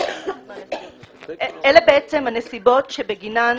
אלה הנסיבות שבגינן